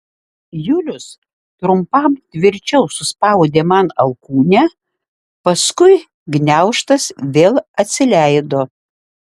julius trumpam tvirčiau suspaudė man alkūnę paskui gniaužtas vėl atsileido